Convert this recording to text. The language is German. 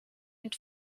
mit